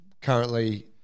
currently